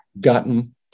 gotten